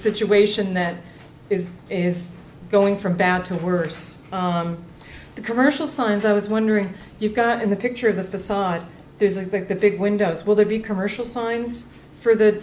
situation that is is going from bad to worse the commercial signs i was wondering you got in the picture of the facade this is big the big windows will there be commercial signs for the